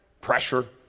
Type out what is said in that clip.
Pressure